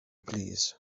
plîs